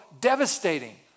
devastating